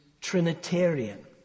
Trinitarian